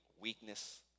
weakness